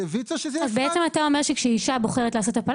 ויצו --- (נושאת דברים בשפת